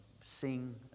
sing